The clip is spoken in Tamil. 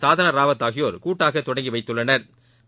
சாதனா ராவத் ஆகியோர் கூட்டாக தொடங்கி வைத்துள்ளனா்